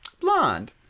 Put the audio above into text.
blonde